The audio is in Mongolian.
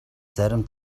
зарим